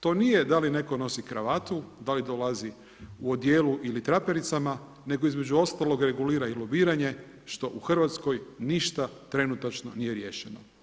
To nije da li netko nosi kravatu, da li dolazi u odjelu ili trapericama, nego između ostalog regulira i lobiranje što u Hrvatskoj ništa trenutačno nije riješeno.